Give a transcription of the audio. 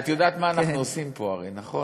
את יודעת מה אנחנו עושים פה הרי, נכון?